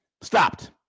Stopped